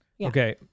Okay